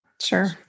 Sure